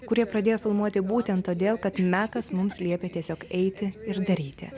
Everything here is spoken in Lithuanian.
kurie pradėjo filmuoti būtent todėl kad mekas mums liepė tiesiog eiti ir daryti